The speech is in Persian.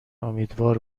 امیدوار